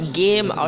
game